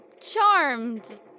charmed